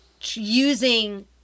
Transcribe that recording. using